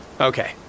Okay